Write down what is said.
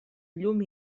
llum